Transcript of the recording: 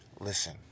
listen